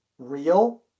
real